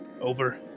over